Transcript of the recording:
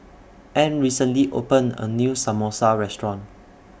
Ann recently opened A New Samosa Restaurant